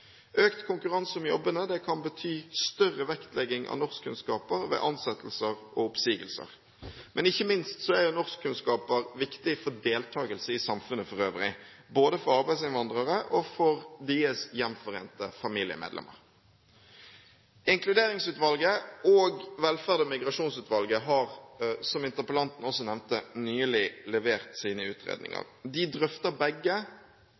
Økt konkurranse om jobbene kan bety større vektlegging av norskkunnskaper ved ansettelser og oppsigelser. Ikke minst er norskkunnskaper viktig for deltakelse i samfunnet for øvrig, både for arbeidsinnvandrere og for de gjenforente familiemedlemmer. Inkluderingsutvalget og Velferd- og migrasjonsutvalget har, som interpellanten også nevnte, nylig levert sine utredninger. De drøfter begge